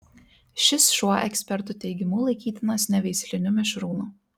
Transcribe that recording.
šis šuo ekspertų teigimu laikytinas neveisliniu mišrūnu